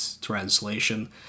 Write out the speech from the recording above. translation